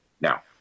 Now